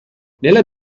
nella